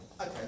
Okay